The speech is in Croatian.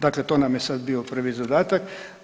Dakle, to nam je sada bio prvi zadatak.